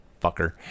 Fucker